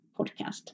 Podcast